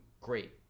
great